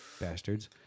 Bastards